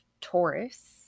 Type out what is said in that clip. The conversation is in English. Taurus